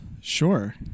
sure